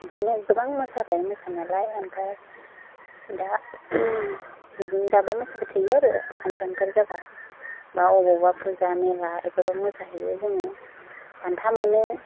बिदिनो गोबां मोसाबाय मोसानायालाय ओमफ्राय दा बिदिनो दाबो मोसाबाय थायो आरो फानशनफोर जाबा बा बबावबा फुजा मेला बेफोराव मोसाहैयो जोङो बान्था मोनो